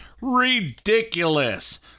ridiculous